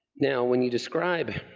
now, when you describe